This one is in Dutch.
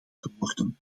geworden